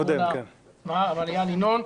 איל ינון.